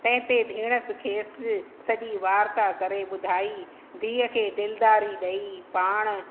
तंहिं ते धीणसि खे सॼी वारता करे ॿुधाईं धीउ खे दिलदारी ॾेई पाण